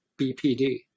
BPD